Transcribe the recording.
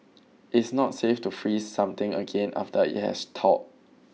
it's not safe to freeze something again after it has thawed